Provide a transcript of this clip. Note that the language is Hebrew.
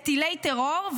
"מטילי טרור",